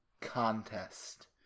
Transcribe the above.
contest